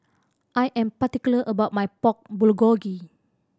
I am particular about my Pork Bulgogi